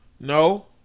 No